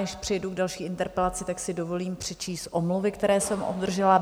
Než přejdu k další interpelaci, tak si dovolím přečíst omluvy, které jsem obdržela.